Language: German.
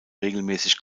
regelmäßig